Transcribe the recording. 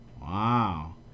Wow